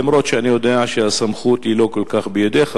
אף-על-פי שאני יודע שהסמכות היא לא כל כך בידיך,